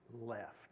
left